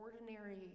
ordinary